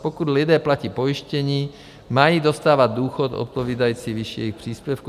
Pokud lidé platí pojištění, mají dostávat důchod odpovídající výši jejich příspěvku.